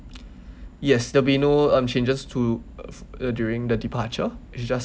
yes there will be no um changes to uh during the departure it's just